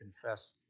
confess